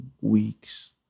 weeks